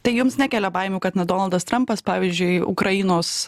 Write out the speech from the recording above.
tai jums nekelia baimių kad na donaldas trampas pavyzdžiui ukrainos